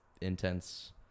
intense